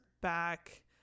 back